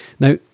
Now